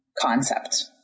concept